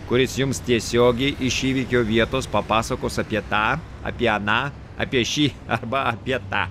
kuris jums tiesiogiai iš įvykio vietos papasakos apie tą apie aną apie šį arba apie tą